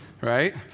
Right